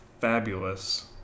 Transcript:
fabulous